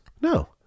no